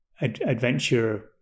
adventure